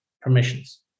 permissions